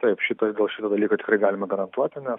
taip šito dėl šito dalyko tikrai galima garantuoti nes